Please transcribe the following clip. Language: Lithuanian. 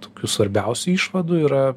tokių svarbiausių išvadų yra